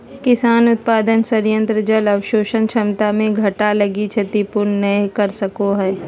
किसान उत्पादन संयंत्र जल अवशोषण क्षमता के घटा लगी क्षतिपूर्ति नैय कर सको हइ